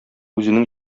үзенең